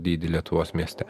dydį lietuvos mieste